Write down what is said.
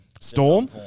Storm